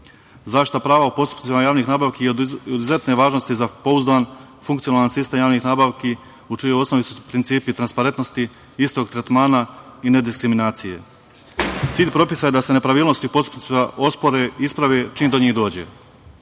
Zaštita prava o postupcima javnih nabavki je od izuzetne važnosti za pouzdan, funkcionalan sistem javnih nabavki u čijoj osnovi su principi transparentnosti istog tretmana i nediskriminacije. Cilj propisa da se nepravilnost u postupcima ospore, isprave, čim do njih dođe.